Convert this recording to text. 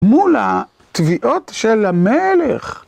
מול התביעות של המלך.